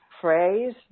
phrase